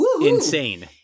insane